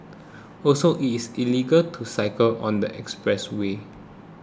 also it's illegal to cycle on the expressway